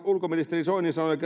ulkoministeri soini sanoi